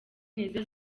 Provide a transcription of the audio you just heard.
nizo